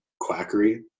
quackery